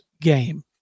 game